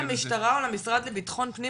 אין למשטרה או למשרד לביטחון פנים,